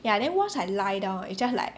ya then once I lie down it's just like